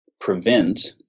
prevent